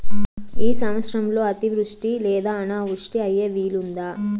ఈ సంవత్సరంలో అతివృష్టి లేదా అనావృష్టి అయ్యే వీలుందా?